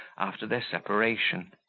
after their separation.